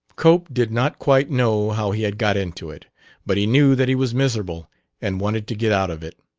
cope did not quite know how he had got into it but he knew that he was miserable and wanted to get out of it.